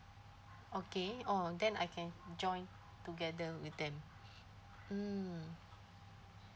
okay oh okay then I can join together with them mm